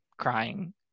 crying